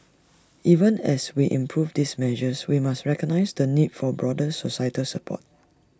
even as we improve these measures we must recognise the need for broader societal support